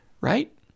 Right